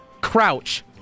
crouch